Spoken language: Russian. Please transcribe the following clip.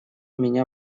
меня